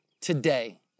today